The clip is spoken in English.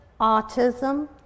autism